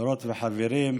חברות וחברים,